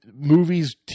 movies